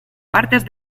partes